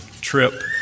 trip